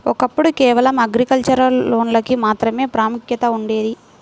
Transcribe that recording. ఒకప్పుడు కేవలం అగ్రికల్చర్ లోన్లకు మాత్రమే ప్రాముఖ్యత ఉండేది